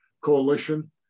coalition